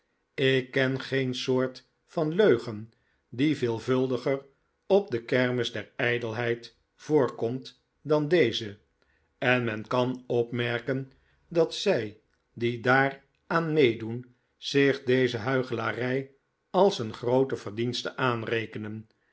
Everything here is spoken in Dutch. ik ken geen soort van leugen die veelvuldiger op de kermis der ijdelheid voorkomt dandeze en men kan opmerken dat zij die daar aan meedoen zich deze huichelarij als een groote verdienste aanrekenen